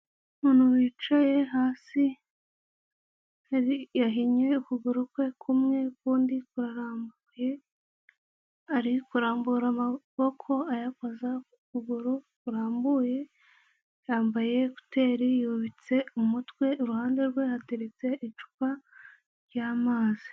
Umuntu wicaye hasi yahinnye ukuguru kwe kumwe ukundi kurarambuye. Arikurambura amaboko ayakoza ku kuguru kurambuye. Yambaye kuteri yubitse umutwe. Iruhande rwe hateretse icupa ry'amazi.